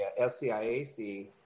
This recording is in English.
SCIAC